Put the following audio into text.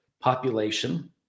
population